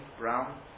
Brown